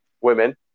women